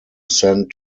send